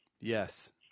Yes